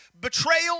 betrayal